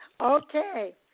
Okay